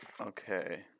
Okay